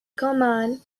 comment